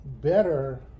better